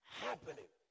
happening